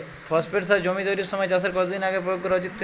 Phosphate সার জমি তৈরির সময় চাষের কত দিন আগে প্রয়োগ করা উচিৎ?